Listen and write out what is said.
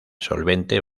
solvente